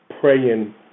praying